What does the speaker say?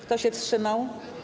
Kto się wstrzymał?